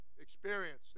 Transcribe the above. experience